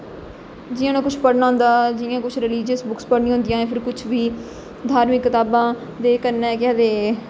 जियां उहे कुछ पढ़ना होंदा जियां कुछ रलिजयस बुक पढ़नी होदी ऐ जां कुछ बी धार्मिक कतावां ते कन्नै केह् आखदे